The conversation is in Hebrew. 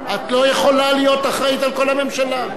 את לא יכולה להיות אחראית לכל הממשלה.